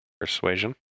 Persuasion